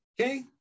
okay